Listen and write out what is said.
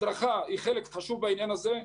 הדרכה היא חלק חשוב בעניין הזה.